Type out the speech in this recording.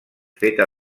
feta